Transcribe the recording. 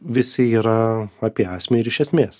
visi yra apie esmę ir iš esmės